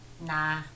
Nah